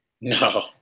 no